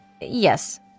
Yes